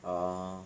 orh